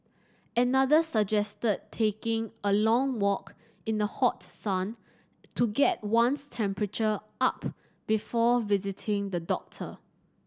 another suggested taking a long walk in the hot sun to get one's temperature up before visiting the doctor